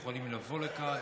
יכולים לבוא לכאן